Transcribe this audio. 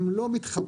הם לא מתחברים.